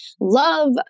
love